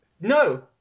No